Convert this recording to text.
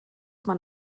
man